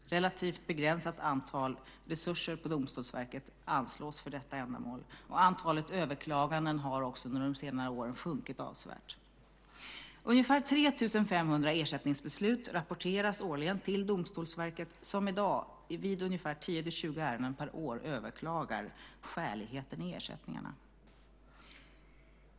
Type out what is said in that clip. Relativt begränsade resurser på Domstolsverket anslås för detta ändamål, och antalet överklaganden har också sjunkit avsevärt under senare år. Ungefär 3 500 ersättningsbeslut rapporteras årligen till Domstolsverket, som i dag i ungefär 10-20 ärenden per år överklagar skäligheten i ersättningarna.